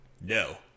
No